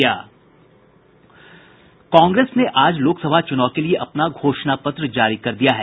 कांग्रेस ने आज लोकसभा चुनाव के लिए अपना घोषणा पत्र जारी कर दिया है